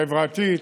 חברתית,